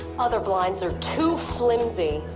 other blinds are too flimsy.